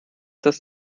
dass